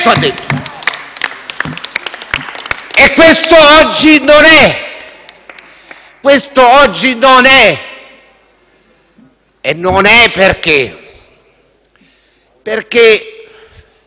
E questo oggi non è, e perché? Lei sa meglio di me,